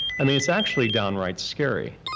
i mean it's actually downright scary.